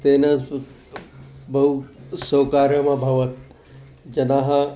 तेन स् बहु सौकर्यम् अभवत् जनाः